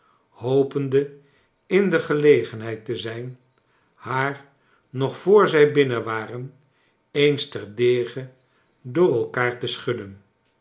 hopende in de gelegenheid te zijn haar nog voor zij binnen waren eens ter dege door elkaar te schudden